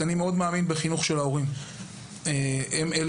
אני מאוד מאמין בחינוך של ההורים,